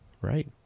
Right